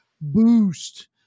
boost